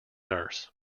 nurse